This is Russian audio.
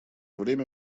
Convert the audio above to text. время